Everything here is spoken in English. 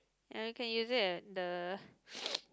ya you can use it at the